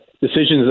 decisions